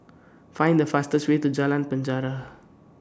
Find The fastest Way to Jalan Penjara